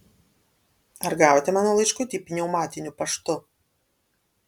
ar gavote mano laiškutį pneumatiniu paštu